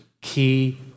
key